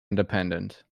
independent